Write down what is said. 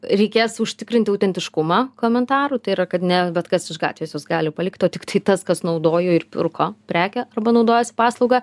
reikės užtikrinti autentiškumą komentarų tai yra kad ne bet kas iš gatvės jis gali palikt o tiktai tas kas naudojo ir pirko prekę arba naudojosi paslauga